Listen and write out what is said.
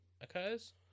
occurs